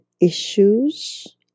issues